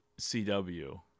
CW